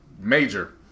major